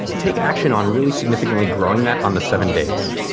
take action on really significantly growing that on the seven days.